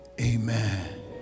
amen